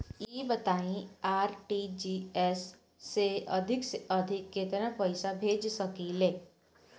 ई बताईं आर.टी.जी.एस से अधिक से अधिक केतना पइसा भेज सकिले?